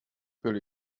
will